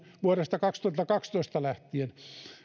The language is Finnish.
vuodesta kaksituhattakaksitoista lähtien